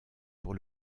pour